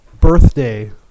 birthday